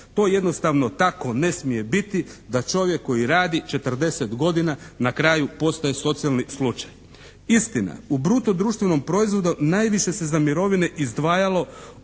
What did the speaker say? To jednostavno tako ne smije biti da čovjek koji radi 40 godina na kraju postaje socijalni slučaj. Istina, u bruto društvenom proizvodu najviše se za mirovine izdvajalo